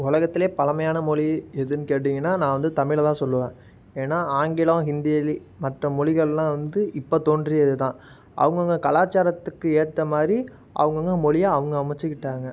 உலகத்தில் பழமையான மொழி எதுன்னு கேட்டீங்கன்னா நான் வந்து தமிழ் தான் சொல்லுவேன் ஏன்னா ஆங்கிலம் ஹிந்தி மற்ற மொழிகள்லாம் வந்து இப்போ தோன்றியது தான் அவுங்கவுங்க கலாச்சாரத்துக்கு ஏற்ற மாதிரி அவங்கவுங்க மொழியை அவுங்க அமைச்சிக்கிட்டாங்க